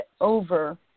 over